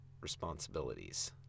responsibilities